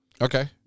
Okay